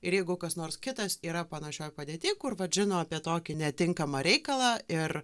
ir jeigu kas nors kitas yra panašioj padėty kur vat žino apie tokį netinkamą reikalą ir